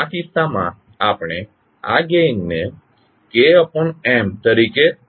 આ કિસ્સામાં આપણે આ ગેઇનને KM તરીકે રજૂ કર્યો છે